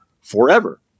forever